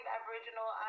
Aboriginal